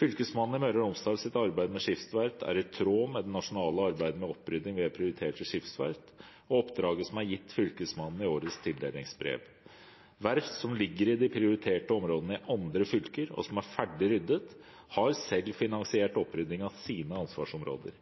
Fylkesmannen i Møre og Romsdals arbeid med skipsverft er i tråd med det nasjonale arbeidet med opprydding ved prioriterte skipsverft og oppdraget som er gitt til Fylkesmannen i årets tildelingsbrev. Verft som ligger i de prioriterte områdene i andre fylker, og som er ferdig ryddet, har selv finansiert opprydding av sine ansvarsområder.